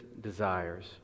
desires